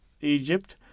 Egypt